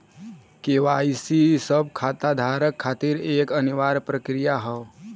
KYC सब खाता धारक खातिर एक अनिवार्य प्रक्रिया हौ